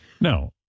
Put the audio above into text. No